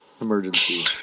emergency